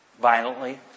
Violently